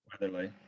Weatherly